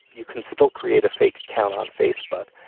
you can still create a fake account on facebook.